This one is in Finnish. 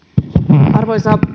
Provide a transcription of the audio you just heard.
arvoisa